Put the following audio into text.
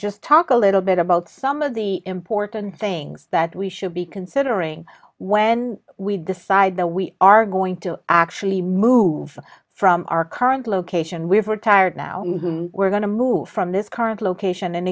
just talk a little bit about some of the important things that we should be considering when we decide that we are going to actually move from our current location we've retired now we're going to move from this current location and